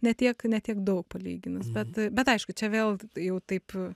ne tiek ne tiek daug palyginus bet bet aišku čia vėl jau taip